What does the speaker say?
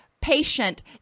patient